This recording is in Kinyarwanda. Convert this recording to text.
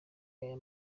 aya